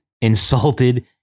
insulted